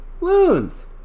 loons